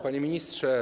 Panie Ministrze!